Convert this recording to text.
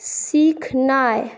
सीखनाइ